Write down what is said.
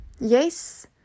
Yes